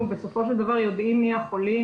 שהם חולים